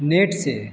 net से